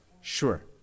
sure